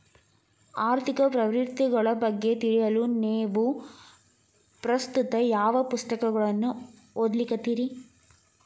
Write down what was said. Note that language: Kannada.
ಆರ್ಥಿಕ ಪ್ರವೃತ್ತಿಗಳ ಬಗ್ಗೆ ತಿಳಿಯಲು ನೇವು ಪ್ರಸ್ತುತ ಯಾವ ಪುಸ್ತಕಗಳನ್ನ ಓದ್ಲಿಕತ್ತಿರಿ?